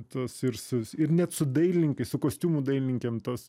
tos ir su s ir net su dailininkais su kostiumų dailininkėm tos